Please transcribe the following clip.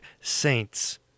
saints